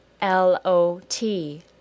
L-O-T